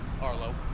Arlo